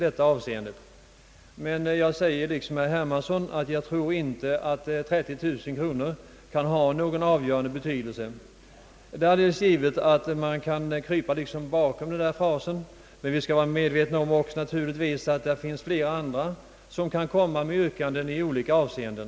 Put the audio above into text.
I likhet med herr Hermansson vill jag säga att jag inte tror att 30 000 kronor därvidlag kan ha någon avgörande betydelse. Det är alldeles givet att man kan krypa bakom den där frasen om det statsfinansiella läget. Vi måste naturligtvis vara medvetna om att yrkanden om anslagshöjningar kan göras också i andra avseenden.